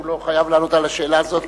הוא לא חייב לענות על השאלה הזאת,